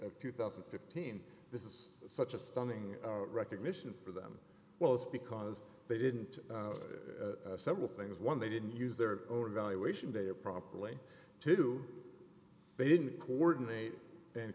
of two thousand and fifteen this is such a stunning recognition for them well it's because they didn't several things one they didn't use their own evaluation they are properly to do they didn't coordinate and